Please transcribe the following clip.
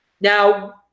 Now